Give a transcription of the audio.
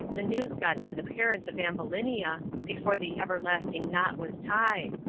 the news got to the parents of ambulinia before the everlasting knot was tied,